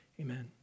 Amen